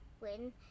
win